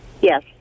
Yes